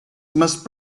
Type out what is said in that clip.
must